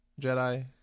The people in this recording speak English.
Jedi